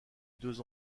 deux